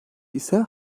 ise